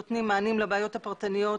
נותנים מענים לבעיות הפרטניות